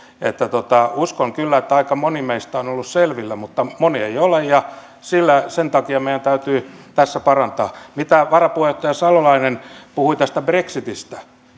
uskon kyllä että aika moni meistä on ollut selvillä mutta moni ei ole ja sen takia meidän täytyy tässä parantaa varapuheenjohtaja salolainen puhui tästä brexitistä